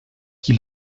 qui